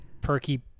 perky